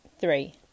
Three